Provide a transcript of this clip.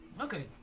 Okay